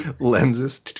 Lenses